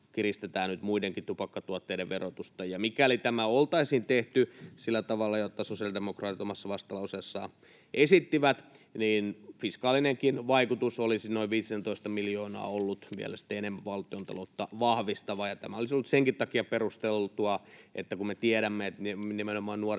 kiristetään nyt muidenkin tupakkatuotteiden verotusta. Mikäli tämä oltaisiin tehty sillä tavalla, jota sosiaalidemokraatit omassa vastalauseessaan esittivät, niin fiskaalinenkin vaikutus olisi ollut noin viitisentoista miljoonaa enemmän valtiontaloutta vahvistava. Tämä olisi ollut senkin takia perusteltua, että me tiedämme, että nimenomaan nuoremmissa